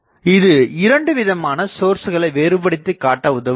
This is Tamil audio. இது இரண்டு விதமான சோர்ஸ்களை வேறுபடுத்திக் காட்ட உதவுகிறது